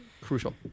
Crucial